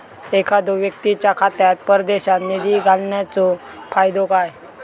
एखादो व्यक्तीच्या खात्यात परदेशात निधी घालन्याचो फायदो काय?